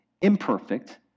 imperfect